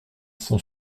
cent